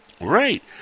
Right